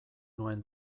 nuen